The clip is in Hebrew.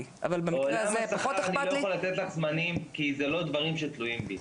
בעולם השכר אני לא יכול לתת לך זמנים כי זה לא דברים שתלויים בי.